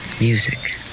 Music